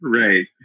right